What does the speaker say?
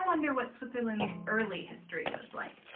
wonder what switzerland's early history was like.